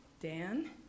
Dan